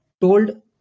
told